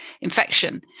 infection